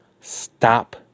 Stop